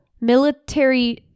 military